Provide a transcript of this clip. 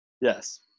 Yes